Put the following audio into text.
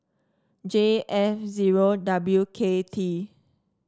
J F zero W K T